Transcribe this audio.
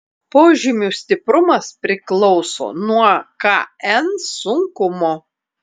požymių stiprumas priklauso nuo kn sunkumo